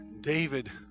David